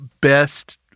best